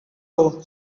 row